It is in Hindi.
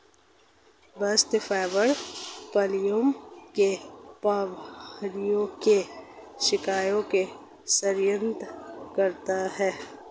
बास्ट फाइबर फ्लोएम की प्रवाहकीय कोशिकाओं का समर्थन करता है